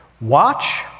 Watch